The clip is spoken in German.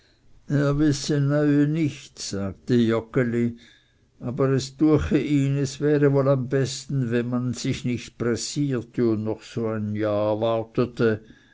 nicht sagte joggeli aber es düeche ihn es wäre wohl am besten wenn man sich nicht pressierte und noch so ein jahr wartete